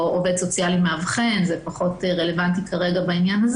או עובד סוציאלי מאבחן שזה פחות רלוונטי לעניין,